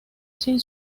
sin